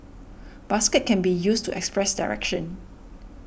basket can be used to express direction